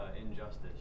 Injustice